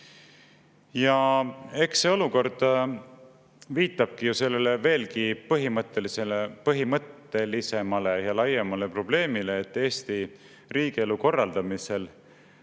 saanud. See olukord viitab veelgi põhimõttelisemale ja laiemale probleemile, et Eesti riigielu korraldamisel on